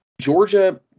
Georgia